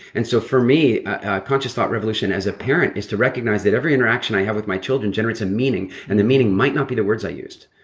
and so for me, a conscious thought revolution as a parent, is to recognize that every interaction i have with my children generates a and meaning, and the meaning might not be the words i used.